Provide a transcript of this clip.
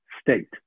state